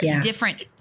different